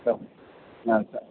तपः ज्ञातं